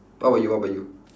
what about you what about you